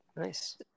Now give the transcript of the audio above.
Nice